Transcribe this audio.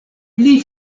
pli